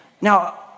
now